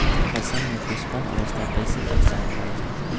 फसल में पुष्पन अवस्था कईसे पहचान बई?